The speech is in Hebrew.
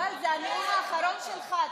חבל, זה הנאום האחרון שלך.